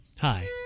Hi